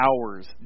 Hours